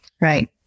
right